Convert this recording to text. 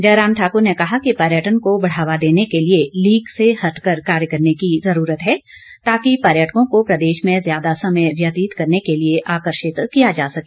जयराम ठाकुर ने कहा कि पर्यटन को बढ़ावा देने के लिए लीक से हटकर कार्य करने की जरूरत है ताकि पर्यटकों को प्रदेश में ज्यादा समय व्यतीत करने के लिए आकर्षित किया जा सके